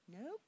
nope